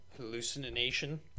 Hallucination